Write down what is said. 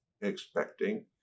expecting